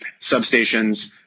substations